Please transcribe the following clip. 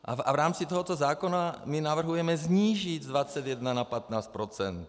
A v rámci tohoto zákona navrhujeme snížit z 21 na 15 %.